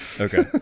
Okay